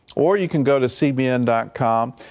or you can go to cbn com.